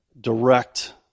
direct